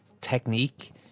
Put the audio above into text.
technique